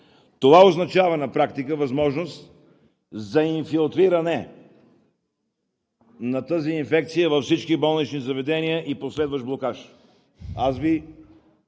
Това на практика означава възможност за инфилтриране на тази инфекция във всички болнични заведения и последващ блокаж. Давам